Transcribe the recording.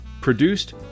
produced